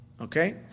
Okay